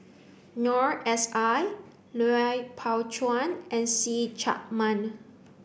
Noor S I Lui Pao Chuen and See Chak Mun